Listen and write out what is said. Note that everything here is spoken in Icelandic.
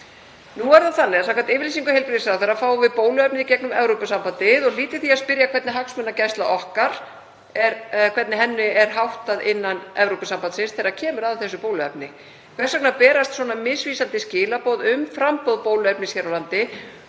og út mars. Samkvæmt yfirlýsingu heilbrigðisráðherra fáum við bóluefnið í gegnum Evrópusambandið. Hlýt ég því að spyrja hvernig hagsmunagæslu okkar sé háttað innan Evrópusambandsins þegar kemur að þessu bóluefni. Hvers vegna berast svona misvísandi skilaboð um framboð bóluefnis hér á landi?